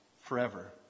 forever